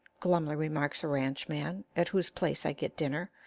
glumly remarks a ranchman, at whose place i get dinner.